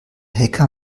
hacker